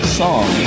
song